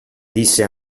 disse